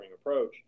approach